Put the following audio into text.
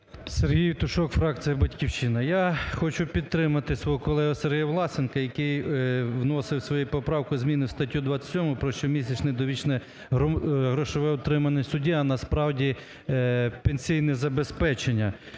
Сергій Євтушок, фракція "Батьківщина". Я хочу підтримати свого колегу Сергія Власенка, який вносив своєю поправкою зміну у статтю 27 – про щомісячне довічне грошове утримання судді, а насправді, пенсійне забезпечення.